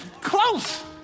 close